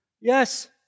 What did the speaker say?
Yes